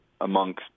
amongst